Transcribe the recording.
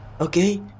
okay